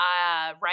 right